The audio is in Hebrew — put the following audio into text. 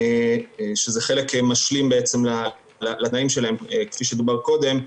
שזה חלק משלים לתנאים שלהם, כפי שדובר קודם.